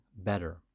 better